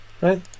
Right